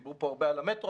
דיברו פה הרבה על המטרו,